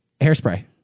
hairspray